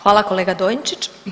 Hvala kolega Dončić.